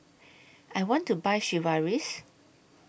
I want to Buy Sigvaris